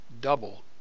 double